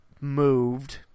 moved